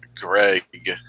Greg